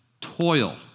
toil